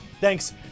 thanks